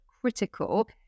critical